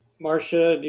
marsha,